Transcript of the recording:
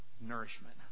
nourishment